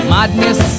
Madness